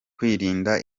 kwirinda